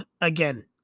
again